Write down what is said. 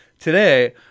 Today